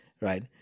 Right